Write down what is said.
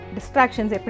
Distractions